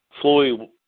Floyd